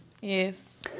yes